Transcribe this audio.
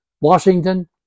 Washington